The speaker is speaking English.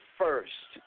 first